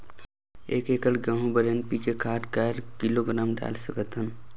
एक एकड़ गहूं बर एन.पी.के खाद काय किलोग्राम डाल सकथन?